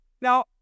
Now